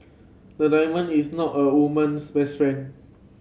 a diamond is not a woman's best friend